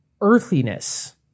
earthiness